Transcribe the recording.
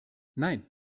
nein